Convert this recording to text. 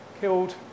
Killed